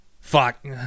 Fuck